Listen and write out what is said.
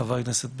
חבר הכנסת בצלאל,